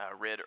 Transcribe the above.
read